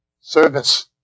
service